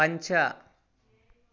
पञ्च